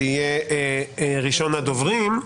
שיהיה ראשון הדוברים.